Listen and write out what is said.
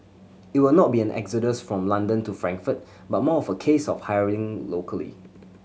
it will not be an exodus from London to Frankfurt but more a case of hiring locally